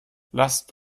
lasst